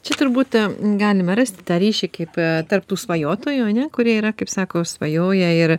čia turbūt galima rasti tą ryšį kaip tarp tų svajotojų kurie yra kaip sako svajoja ir